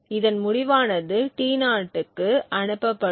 இதன் முடிவானது T0 க்கு அனுப்பப்படும்